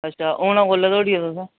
अच्छा औना कोल्ले धोड़ी ऐ तुसें